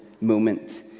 moment